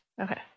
Okay